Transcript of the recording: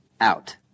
out